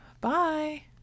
Bye